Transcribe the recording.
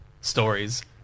stories